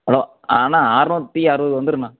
hello அண்ணா அறநூற்றி அறுவது வந்துருண்ணா